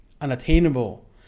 unattainable